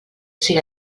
siga